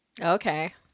okay